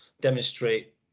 demonstrate